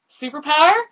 superpower